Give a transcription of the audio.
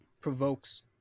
provokes